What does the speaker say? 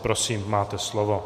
Prosím máte slovo.